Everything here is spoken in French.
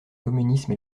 communisme